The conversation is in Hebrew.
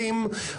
ואומרים,